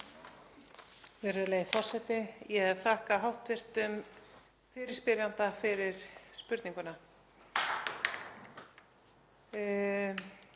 Virðulegi forseti. Ég þakka hv. fyrirspyrjanda fyrir spurninguna.